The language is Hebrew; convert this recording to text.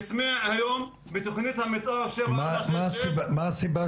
בסמיע היום בתכנית המתאר --- מה הסיבה